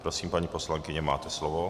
Prosím, paní poslankyně, máte slovo.